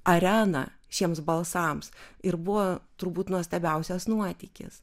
areną šiems balsams ir buvo turbūt nuostabiausias nuotykis